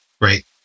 right